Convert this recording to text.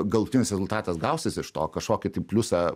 galutinis rezultatas gausis iš to kažkokį tai pliusą